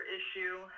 issue